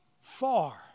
far